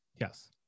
Yes